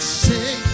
say